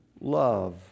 love